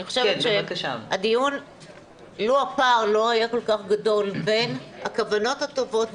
לו הפער לא היה כל כך גדול בין הכוונות הטובות,